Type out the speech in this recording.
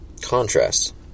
contrast